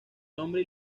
nombre